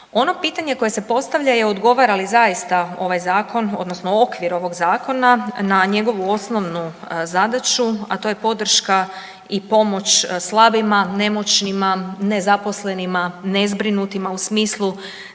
Ono pitanje koje se postavlja je odgovara li zaista ovaj zakon odnosno okvir ovog zakona na njegovu osnovnu zadaću, a to je podrška i pomoć slabima, nemoćnima, nezaposlenima, nezbrinutima u smislu